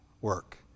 work